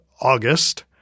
August